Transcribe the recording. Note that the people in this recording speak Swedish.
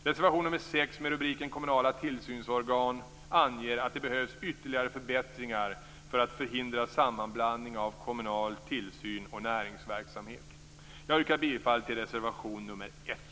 Reservation nr 6 med rubriken Kommunala tillsynsorgan anger att det behövs ytterligare förbättringar för att förhindra sammanblandning av kommunal tillsyn och näringsverksamhet. Jag yrkar bifall till reservation nr 1.